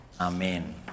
Amen